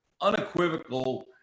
unequivocal